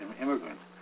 immigrants